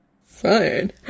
fine